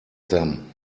them